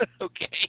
okay